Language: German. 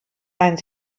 ein